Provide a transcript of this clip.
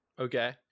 Okay